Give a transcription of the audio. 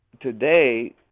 Today